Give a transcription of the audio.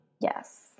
Yes